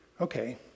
Okay